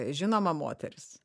žinoma moteris